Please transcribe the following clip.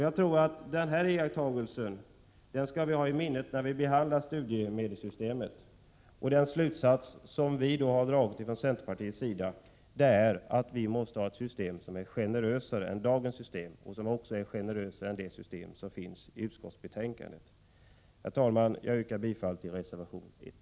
Jag tror att denna iakttagelse är något som vi skall ha i minne när vi behandlar studiemedelssystemet. Den slutsats som vi från centerpartiets sida har dragit är att vi måste ha ett system som är generösare än dagens system och som också är generösare än det som föreslås i utskottsbetänkandet. Herr talman! Jag yrkar bifall till reservation 1.